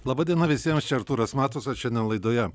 laba diena visiems čia artūras matusas šiandien laidoje